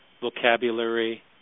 vocabulary